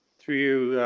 through you,